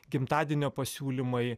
gimtadienio pasiūlymai